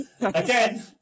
again